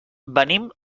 venim